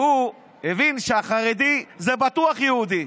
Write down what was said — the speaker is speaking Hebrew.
והוא הבין שהחרדי זה בטוח יהודי.